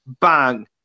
Bang